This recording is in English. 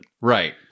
Right